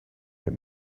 made